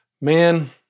Man